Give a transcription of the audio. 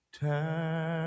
time